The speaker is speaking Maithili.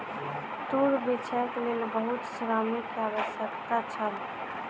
तूर बीछैक लेल बहुत श्रमिक के आवश्यकता छल